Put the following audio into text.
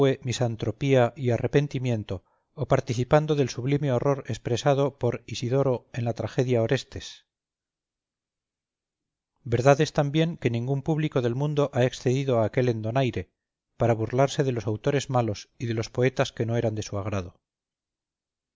kotzebue misantropía y arrepentimiento o participando del sublime horror expresado por isidoro en la tragedia orestes verdad es también que ningún público del mundo ha excedido a aquél en donaire para burlarse de los autores malos y de los poetas que no eran de su agrado